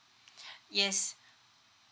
yes